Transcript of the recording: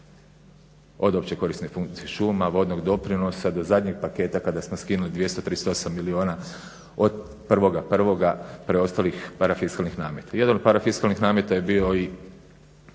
od opće korisne funkcije šuma, vodnog doprinosa do zadnjeg paketa kada smo skinuli 238 milijuna od 1.1. preostalih parafiskalnih nameta. Jedan od parafiskalnih nameta je bio i